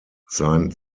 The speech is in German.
sein